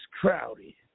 Crowdy